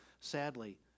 sadly